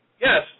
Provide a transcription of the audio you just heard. Yes